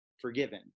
forgiven